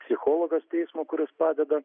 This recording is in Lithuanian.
psichologas teismo kuris padeda